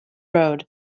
road